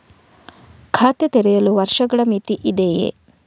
ಖಾತೆ ತೆರೆಯಲು ವರ್ಷಗಳ ಮಿತಿ ಇದೆಯೇ?